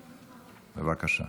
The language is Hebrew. בבקשה.